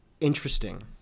interesting